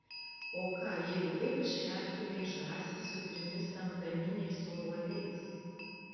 o ką jeigu vėl iškeptumei žąsį su trimis antaniniais obuoliais